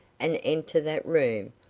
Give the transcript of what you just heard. and enter that room,